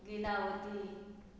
Lilavati